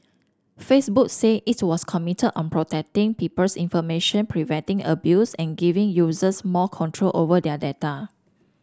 Facebook say it was committed on protecting people's information preventing abuse and giving users more control over their data